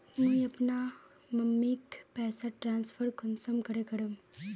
मुई अपना मम्मीक पैसा ट्रांसफर कुंसम करे करूम?